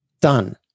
done